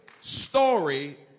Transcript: story